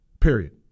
Period